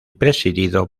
presidido